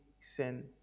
sin